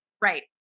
Right